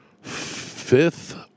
Fifth